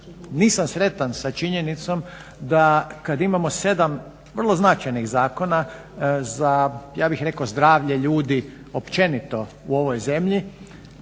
nisam sretan sa činjenicom kada imamo 7 vrlo značajnih zakona za ja bih rekao zdravlje ljudi, općenito u ovoj zemlji,